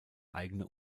eigene